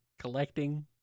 collecting